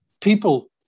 People